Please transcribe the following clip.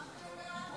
ההצעה להעביר את הצעת